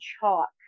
chalk